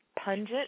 pungent